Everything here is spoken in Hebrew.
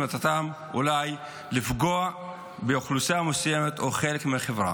שמטרתם אולי לפגוע באוכלוסייה מסוימת או בחלק מהחברה.